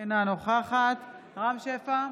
אינו נוכח רם שפע,